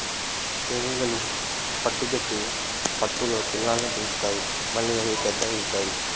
తేనీగలు పట్టు పెట్టి పట్టులో పిల్లల్ని పెంచుతాయి మళ్లీ అవి పెద్ద అవుతాయి